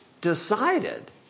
decided